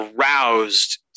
aroused